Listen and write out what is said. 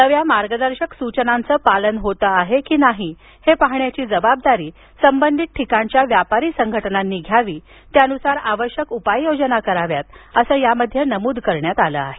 नव्या मार्गदर्शक सूचनांचं पालन होतं आहे की नाही हे पाहण्याची जबाबदारी संबंधित ठिकाणच्या व्यापारी संघटनांनी घ्यावी त्यानुसार आवश्यक उपाययोजना कराव्यात असं यामध्ये नमूद करण्यात आलं आहे